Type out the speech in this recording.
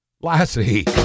Lassie